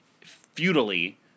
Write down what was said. futilely